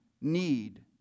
need